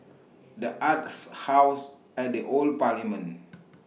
The Arts House At The Old Parliament